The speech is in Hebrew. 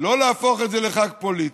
שלא להפוך את זה לחג פוליטי,